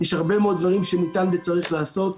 יש הרבה מאוד דברים שניתן וצריך לעשות.